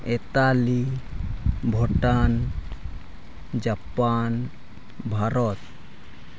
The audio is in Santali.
Italy Bhutan Japan Bharat